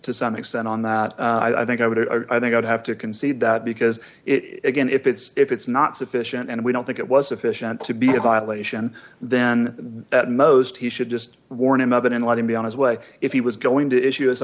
to some extent on that i think i would i think i'd have to concede that because it again if it's if it's not sufficient and we don't think it was sufficient to be a violation then at most he should just warn him of it and let him be on his way if he was going to issue a